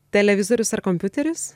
televizorius ar kompiuteris